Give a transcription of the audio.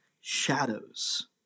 shadows